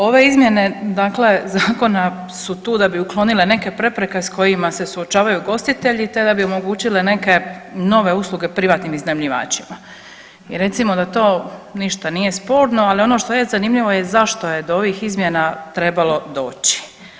Ove izmjene, dakle, zakona su tu da bi uklonile neke prepreke s kojima se suočavaju ugostitelji, te da bi omogućile neke nove usluge privatnim iznajmljivačima i recimo da to ništa nije sporno, ali ono što je zanimljivo je zašto je do ovih izmjena trebalo doći.